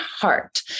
heart